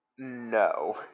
No